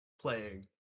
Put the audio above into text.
playing